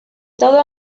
todo